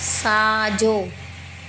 साजो॒